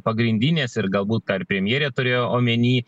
pagrindinės ir galbūt tą ir premjerė turėjo omeny